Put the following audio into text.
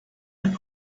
and